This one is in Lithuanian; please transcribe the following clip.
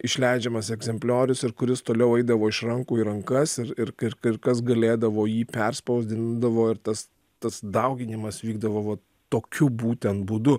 išleidžiamas egzempliorius ir kuris toliau eidavo iš rankų į rankas ir ir ir ir kas galėdavo jį perspausdindavo ir tas tas dauginimas vykdavo va tokiu būtent būdu